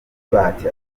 azamukana